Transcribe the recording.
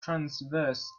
transverse